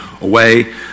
away